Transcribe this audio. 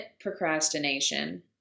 procrastination